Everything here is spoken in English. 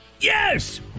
yes